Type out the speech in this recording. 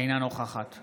אינה נוכחת